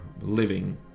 living